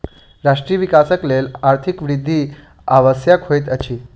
राष्ट्रक विकासक लेल आर्थिक वृद्धि आवश्यक होइत अछि